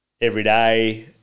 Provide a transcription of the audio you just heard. everyday